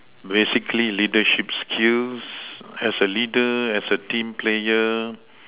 basically leadership skills as a leader as a team player